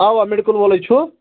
اَوا میٚڈِکٕل وول لیٚے چھُ